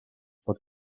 pot